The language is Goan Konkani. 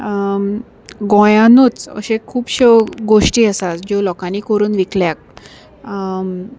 गोंयानूच अश्यो खुबश्यो गोश्टी आसात ज्यो लोकांनी करून विकल्यात